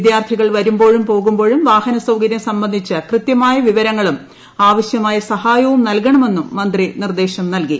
വിദ്യാർഥികൾ വരുമ്പോഴും പോകുമ്പോഴും വാഹനസൌകരൃം സംബന്ധിച്ച കൃതൃമായ വിവരങ്ങളും ആവശ്യമായ സഹായവും നൽകണമെന്നും മന്ത്രി നിർദേശം നൽകി